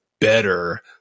better